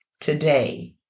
today